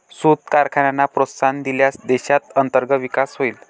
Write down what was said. सूत कारखान्यांना प्रोत्साहन दिल्यास देशात अंतर्गत विकास होईल